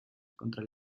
contra